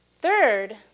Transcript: Third